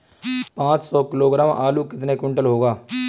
पाँच सौ किलोग्राम आलू कितने क्विंटल होगा?